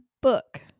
Book